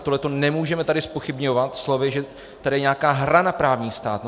Tohle nemůžeme tady zpochybňovat slovy, že tady je nějaká hra na právní stát.